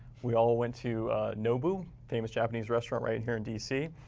we all went to nobu, famous japanese restaurant right here in d c.